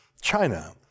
China